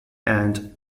and